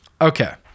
Okay